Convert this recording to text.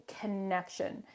connection